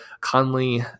conley